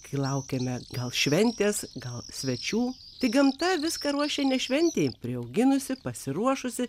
kai laukiame gal šventės gal svečių tik gamta viską ruošia ne šventei priauginusi pasiruošusi